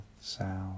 sound